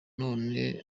noneho